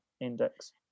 index